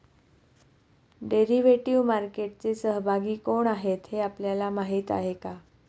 Derivative मार्केटचे सहभागी कोण आहेत हे आपल्याला माहित आहे का?